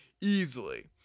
Easily